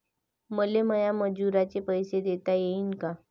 मले माया मजुराचे पैसे देता येईन का?